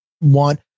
want